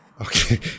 Okay